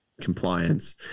compliance